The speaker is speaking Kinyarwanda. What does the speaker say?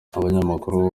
abanyamakuru